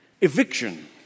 eviction